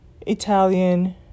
Italian